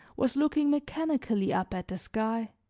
was looking mechanically up at the sky,